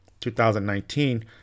2019